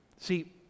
See